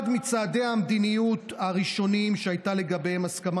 אחד מצעדי המדיניות הראשונים שהייתה לגביהם הסכמה